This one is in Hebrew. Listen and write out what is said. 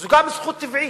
זו גם זכות טבעית,